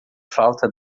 falta